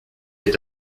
est